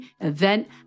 event